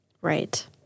Right